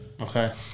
Okay